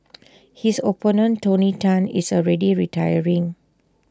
his opponent tony Tan is already retiring